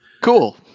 Cool